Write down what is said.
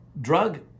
drug